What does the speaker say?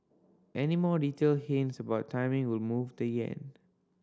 any more detailed hints about timing will move the yen